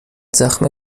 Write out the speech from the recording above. زخم